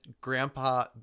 Grandpa